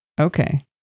Okay